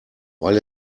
weil